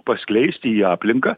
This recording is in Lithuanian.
paskleisti į aplinką